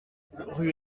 rue